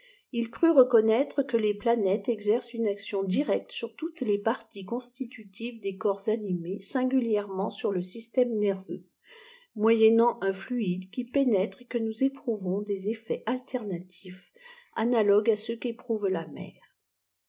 il éfut reconnaître jque les planètes exetcettt une actiori dirécte sur toutes le pirties consrtitutives des corps animés sitigûlièrèment sur le système nerveux moyennant un fluide qui pénètre et uo nous éprouvons des effets âiuernaiîfs analogues à ceux ju'ptouve la mfer